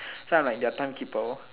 so I'm like their time keeper